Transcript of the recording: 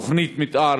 תוכנית מתאר,